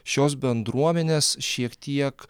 šios bendruomenės šiek tiek